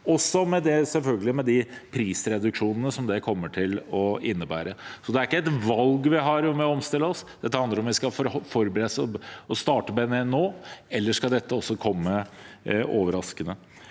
også med de prisreduksjonene det kommer til å innebære. Det er ikke et valg vi har om vi vil omstille oss. Dette handler om om vi skal forberede oss, og starte med det nå, eller om dette skal komme overraskende.